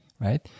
right